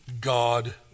God